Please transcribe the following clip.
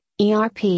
ERP